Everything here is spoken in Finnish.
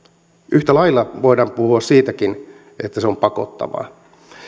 yhtä lailla voidaan puhua siitäkin että se on pakottavaa